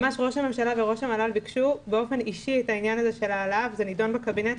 ראש הממשלה וראש המל"ל ביקשו באופן אישי את ההעלאה וזה נדון בקבינט.